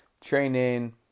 training